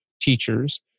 teachers